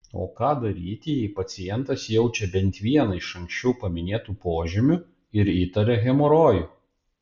o ką daryti jei pacientas jaučia bent vieną iš anksčiau paminėtų požymių ir įtaria hemorojų